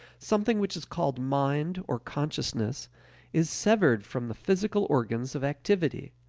something which is called mind or consciousness is severed from the physical organs of activity.